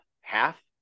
half